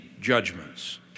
judgments